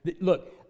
Look